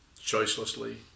choicelessly